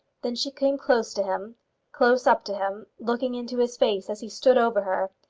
then she came close to him close up to him, looking into his face as he stood over her,